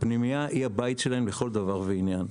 היא הבית שלהם לכל דבר ועניין.